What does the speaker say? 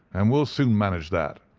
and we'll soon manage that.